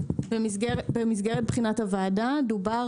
במסגרת דיוני הוועדה דובר